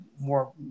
more